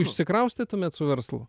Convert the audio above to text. išsikraustytumėt su verslu